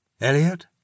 Elliot